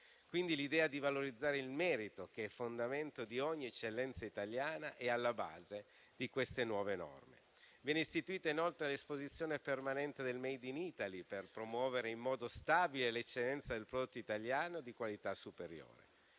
studenti. L'idea di valorizzare il merito, che è fondamento di ogni eccellenza italiana, è quindi alla base di queste nuove norme. Viene istituita, inoltre, l'Esposizione permanente del *made in Italy* per promuovere in modo stabile l'eccellenza del prodotto italiano di qualità superiore.